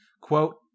Quote